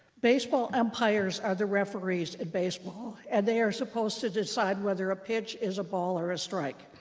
baseball umpires are the referees of baseball, and they are supposed to decide whether a pitch is a ball or a strike.